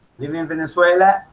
live in venezuela,